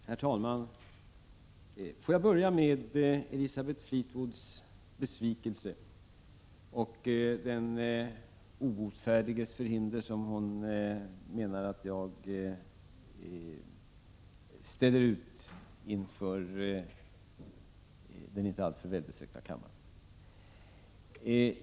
Herr talman! Låt mig börja med Elisabeth Fleetwoods besvikelse och den obotfärdiges förhinder, som hon menar att jag ställer ut inför den inte alltför välbesökta kammaren.